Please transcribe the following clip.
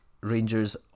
Rangers